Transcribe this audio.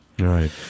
Right